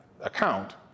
account